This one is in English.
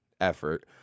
effort